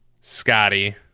Scotty